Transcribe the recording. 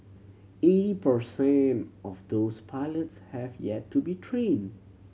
eighty per cent of those pilots have yet to be trained